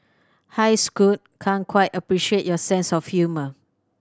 hi Scoot can't quite appreciate your sense of humour